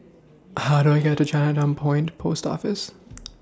How Do I get to Chinatown Point Post Office